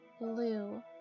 blue